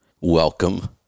Welcome